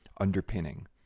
underpinning